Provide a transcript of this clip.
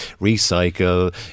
recycle